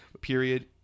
Period